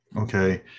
okay